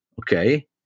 okay